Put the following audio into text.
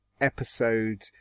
episode